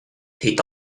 thì